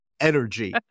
Energy